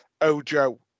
Ojo